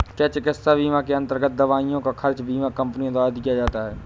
क्या चिकित्सा बीमा के अन्तर्गत दवाइयों का खर्च बीमा कंपनियों द्वारा दिया जाता है?